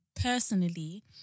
personally